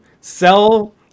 Sell